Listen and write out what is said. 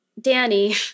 Danny